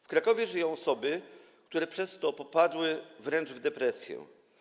W Krakowie żyją osoby, które przez to popadły wręcz w depresję.